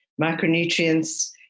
micronutrients